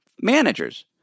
managers